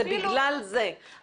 זה בגלל זה.